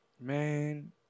Man